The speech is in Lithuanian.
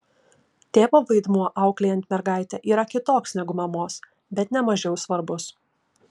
tėvo vaidmuo auklėjant mergaitę yra kitoks negu mamos bet ne mažiau svarbus